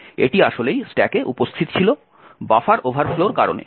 এটি আসলেই স্ট্যাকে উপস্থিত ছিল বাফার ওভারফ্লোর কারণে